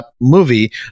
movie